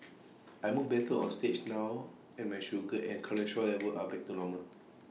I move better on stage now and my sugar and cholesterol levels are back to normal